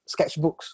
sketchbooks